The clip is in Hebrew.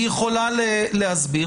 היא יכולה להסביר.